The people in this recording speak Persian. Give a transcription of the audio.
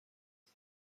سفت